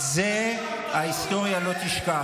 את זה ההיסטוריה לא תשכח.